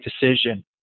decision